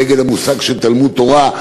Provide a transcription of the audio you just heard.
נגד המושג של תלמוד תורה,